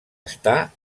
estar